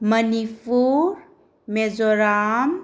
Manipur Mizoram